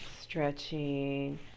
stretching